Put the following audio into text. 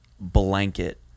blanket